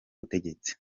butegetsi